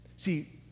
See